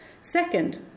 Second